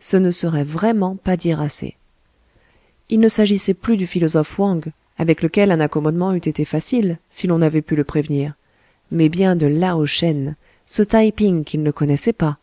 ce ne serait vraiment pas dire assez il ne s'agissait plus du philosophe wang avec lequel un accommodement eût été facile si l'on avait pu le prévenir mais bien de lao shen ce taï ping qu'ils ne connaissaient pas